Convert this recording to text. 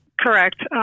correct